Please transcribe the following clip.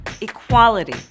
equality